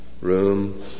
room